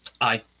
Aye